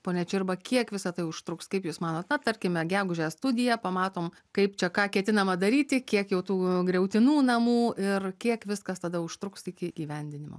pone čirba kiek visa tai užtruks kaip jūs manot na tarkime gegužę studija pamatom kaip čia ką ketinama daryti kiek jau tų griautinų namų ir kiek viskas tada užtruks iki įgyvendinimo